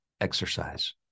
exercise